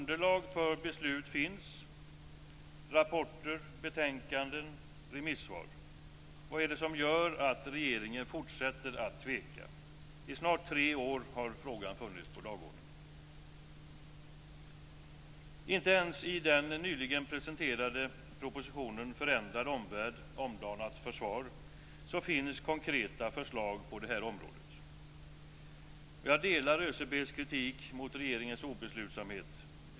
Underlag för beslut finns - rapporter, betänkanden och remissvar. Vad är det som gör att regeringen fortsätter att tveka? I snart tre år har frågan funnits på dagordningen. Inte ens i den nyligen presenterade propositionen Förändrad omvärld - omdanat försvar finns konkreta förslag på det här området. Jag delar ÖCB:s kritik mot regeringens obeslutsamhet.